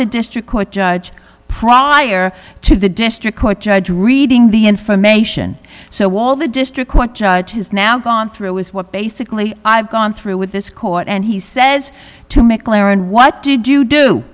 the district court judge prior to the district court judge reading the information so all the district court judge has now gone through is what basically i've gone through with this court and he says to mclaren what did you do